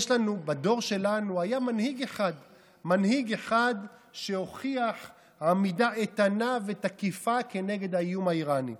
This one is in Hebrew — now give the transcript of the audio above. בדור שלנו היה מנהיג אחד שהוכיח עמידה איתנה ותקיפה כנגד האיום האיראני.